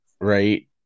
Right